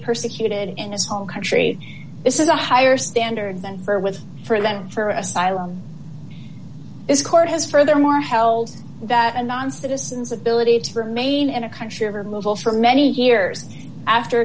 persecuted in his home country this is a higher standard than for with for them for asylum this court has furthermore held that a non citizens ability to remain in a country of removal for many years after